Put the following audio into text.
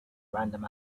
random